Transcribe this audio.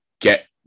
get